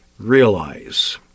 realize